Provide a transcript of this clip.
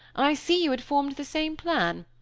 i see you had formed the same plan,